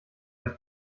als